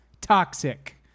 Toxic